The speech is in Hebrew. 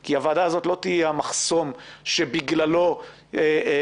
כי הוועדה האת לא תהיה המחסום שבגללו עסקים